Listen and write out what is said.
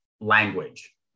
language